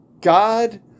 God